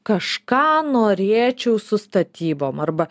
kažką norėčiau su statybom arba